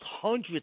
hundreds